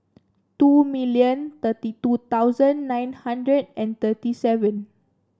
two million thirty two thousand nine hundred and thirty seven